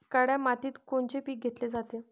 काळ्या मातीत कोनचे पिकं घेतले जाते?